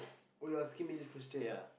oh you're asking me this question